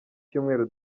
cyumweru